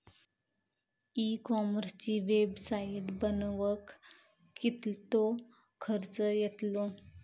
E कॉमर्सची website बनवक किततो खर्च येतलो?